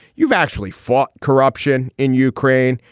you've actually fought corruption in ukraine.